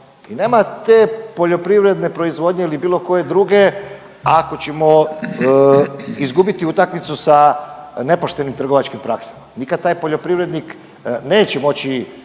I nema te poljoprivredne proizvodnje ili bilo koje druge ako ćemo izgubiti utakmicu sa nepoštenim trgovačkim praksama. Nikad taj poljoprivrednik neće moći